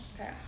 Okay